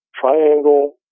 triangle